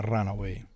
Runaway